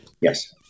Yes